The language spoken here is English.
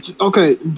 okay